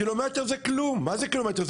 קילומטר זה כלום, מה זה קילומטר?